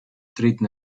dritten